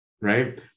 right